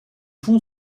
vont